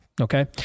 Okay